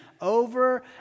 Over